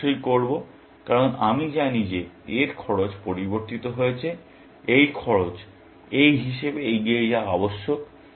আমি অবশ্যই করবো কারণ আমি জানি যে এর খরচ পরিবর্তিত হয়েছে এই খরচ এই হিসাবে এগিয়ে যাওয়া আবশ্যক